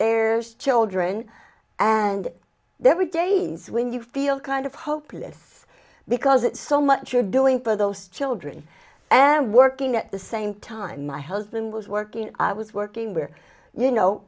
stairs children and there were days when you feel kind of hopeless because it's so much you're doing for those children and working at the same time my husband was working i was working where you know